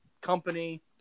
company